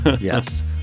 Yes